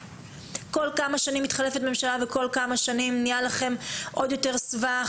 כל כמה שנים מתחלפת ממשלה וכל כמה שנים נהיה לכם עוד יותר סבך,